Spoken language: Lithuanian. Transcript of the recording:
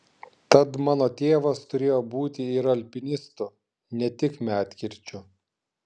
tad mano tėvas turėjo būti ir alpinistu ne tik medkirčiu